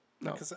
no